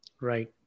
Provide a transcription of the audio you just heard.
right